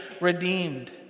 redeemed